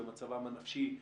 במצבם הנפשי,